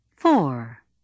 Four